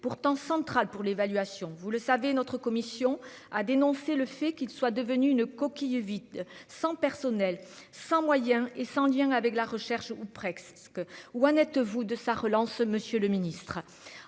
pourtant central pour l'évaluation, vous le savez, notre commission a dénoncé le fait qu'il soit devenu une coquille vide, sans personnel sans moyens et sans lien avec la recherche, ou presque, où en êtes-vous de sa relance, Monsieur le Ministre,